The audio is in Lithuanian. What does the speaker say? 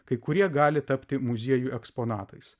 kai kurie gali tapti muziejų eksponatais